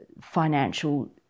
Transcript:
financial